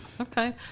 okay